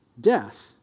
death